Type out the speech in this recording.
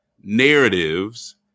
narratives